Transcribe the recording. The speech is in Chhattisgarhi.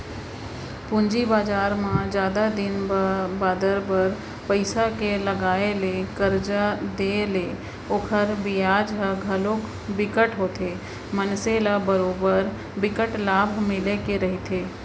पूंजी बजार म जादा दिन बादर बर पइसा के लगाय ले करजा देय ले ओखर बियाज ह घलोक बिकट होथे मनसे ल बरोबर बिकट लाभ मिले के रहिथे